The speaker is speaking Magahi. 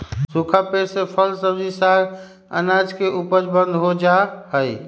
सूखा पेड़ से फल, सब्जी, साग, अनाज के उपज बंद हो जा हई